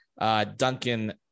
Duncan